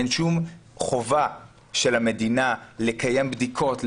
אין שום חובה של המדינה לקיים בדיקות.